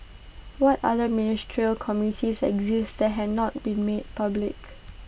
what other ministerial committees exist that had not been made public